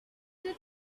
their